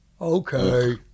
Okay